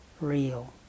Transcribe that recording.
real